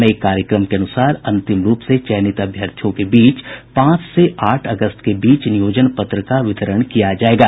नये कार्यक्रम के अनुसार अंतिम रूप से चयनित अभ्यर्थियों के बीच पांच से आठ अगस्त के बीच नियोजन पत्र का वितरण किया जायेगा